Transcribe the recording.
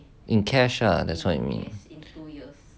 in cash ah that's what you mean